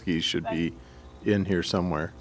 ski should be in here somewhere